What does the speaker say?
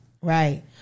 Right